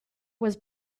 was